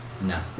No